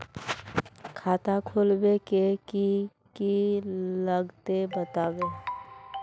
खाता खोलवे के की की लगते बतावे?